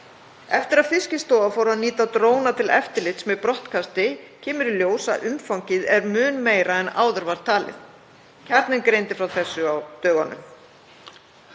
Eftir að Fiskistofa fór að nýta dróna til eftirlits með brottkasti kemur í ljós að umfangið er mun meira en áður var talið. Kjarninn greindi frá þessu á dögunum.